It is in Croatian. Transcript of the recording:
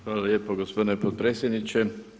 Hvala lijepo gospodine potpredsjedniče.